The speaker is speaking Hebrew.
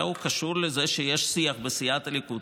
אלא קשור לזה שיש שיח בסיעת הליכוד